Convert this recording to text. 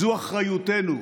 זאת אחריותנו.